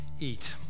eat